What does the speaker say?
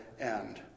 end